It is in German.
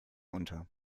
unter